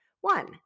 One